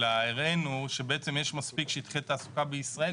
הראינו שבעצם יש מספיק שטחי תעסוקה בישראל,